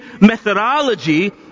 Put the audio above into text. methodology